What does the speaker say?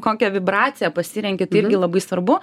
kokią vibraciją pasirenki tai irgi labai svarbu